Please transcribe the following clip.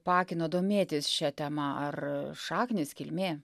paakino domėtis šia tema ar šaknys kilmė